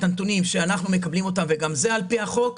הנתונים שאנחנו מקבלים אותם וגם זה על פי החוק.